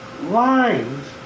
lines